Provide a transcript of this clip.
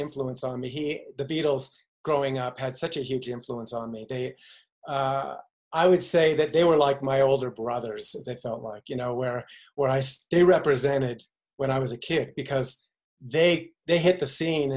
influence on the beatles growing up had such a huge influence on me i would say that they were like my older brothers they felt like you know where where i stay represented when i was a kid because they they hit the scene